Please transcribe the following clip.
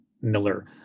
Miller